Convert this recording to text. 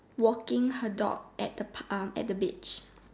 walking her dog at the pa~ um at the beach